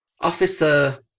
officer